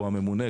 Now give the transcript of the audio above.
או הממונה,